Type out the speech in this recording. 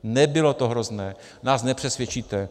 Nebylo to hrozné, nás nepřesvědčíte.